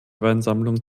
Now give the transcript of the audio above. weinsammlung